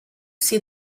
see